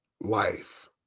life